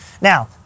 Now